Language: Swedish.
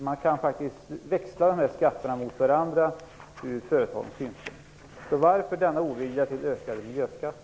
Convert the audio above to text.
Man kan faktiskt växla de här skatterna mot varandra ur företagens synpunkt. Varför denna ovilja till ökade miljöskatter?